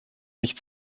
nicht